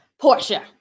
Portia